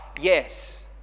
Yes